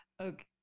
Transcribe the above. Okay